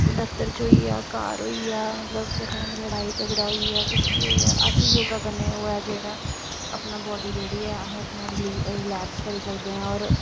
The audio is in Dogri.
दफ्तर च होईया घर होईया मतलब कुसा कन्नै लड़ाई झगड़ा होईया कुछ बी होईया अस योगा कन्नै जेह्ड़ा अपनी बॉड्डी जेह्ड़ी ऐ रलैक्स करी सकदे आं होर